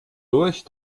durch